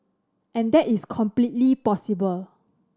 and that is completely possible